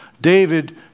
David